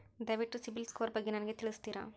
ದಯವಿಟ್ಟು ಸಿಬಿಲ್ ಸ್ಕೋರ್ ಬಗ್ಗೆ ನನಗೆ ತಿಳಿಸ್ತೀರಾ?